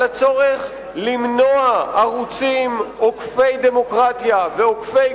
על הצורך למנוע ערוצים עוקפי דמוקרטיה ועוקפי